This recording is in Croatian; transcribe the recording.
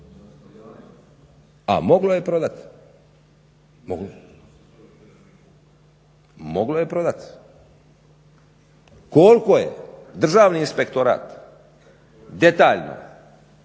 A moglo je prodati. Moglo. Moglo je prodati. Koliko je Državni inspektorat detaljno